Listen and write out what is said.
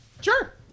Sure